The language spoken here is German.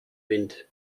wind